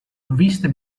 vista